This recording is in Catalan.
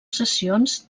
sessions